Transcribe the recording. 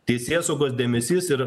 teisėsaugos dėmesys ir